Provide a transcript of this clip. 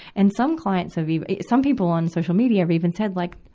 and some clients have even, some people on social media have even said like,